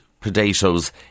potatoes